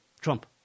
Trump